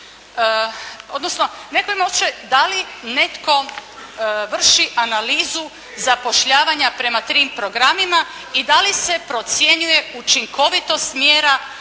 odnosno netko ima osjećaj da li netko vrši analizu zapošljavanja prema tim programima i da li se procjenjuje učinkovitost mjera preko